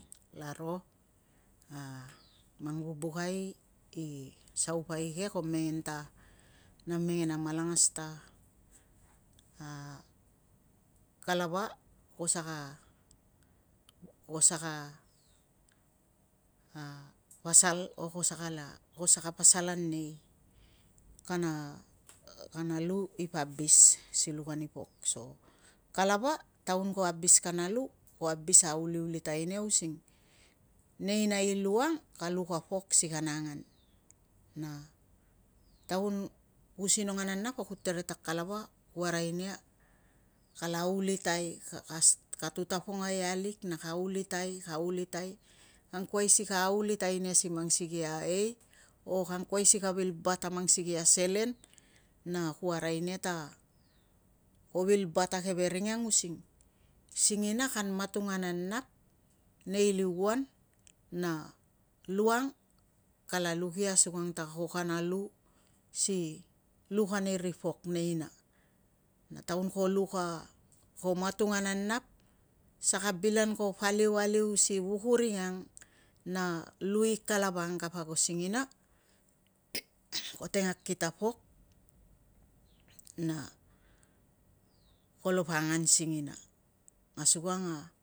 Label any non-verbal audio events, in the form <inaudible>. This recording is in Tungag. Kalaro <hesitation> mang vubukai i saupai ke, ko mengen ta, na mengen amalangas ta <hesitation> a kalava ko saka <hesitation> pasal <hesitation> ko saka pasal an nei kana lu ipa abis si luk ani pok, so kalava taun ko abis kana lu, ko abis auliulitai using neina i lu ang ka luk a pok asi kana angan. Na <hesitation> taun ku sinong ananap ku tere ta kalava, ku arai nia kala aulitai <hesitation> ka tutapongai alik na ka aulitai, ka aulitai angkuai si ka aulitai nia, si mang sikei a ei, o ka angkuai si vil bat ani mang sikei a selen, na ku arai nia ta, ko vil bat a keve ring ang using, singina kan matung ananap nei liuan, na lu ang kala luk ia asukang ta ko kana lu si luk ani ri pok neina. Taun ko luk <hesitation> matung ananap saka bil an ko paliu aliu si vuk uring ang, na lu i kalava ang kapo ago singina, <noise> ko teng akit a pok, <noise> na kolopa angan singina. Asukang a